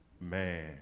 man